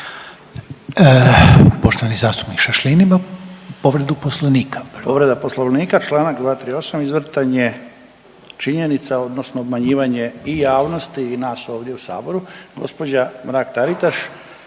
Poštovani zastupnik Šašlin ima povredu poslovnika. **Šašlin, Stipan (HDZ)** Povreda poslovnika čl. 238. izvrtanje činjenica odnosno obmanjivanje i javnosti i nas ovdje u Saboru. Gospođa Mrak Taritaš